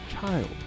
child